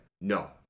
no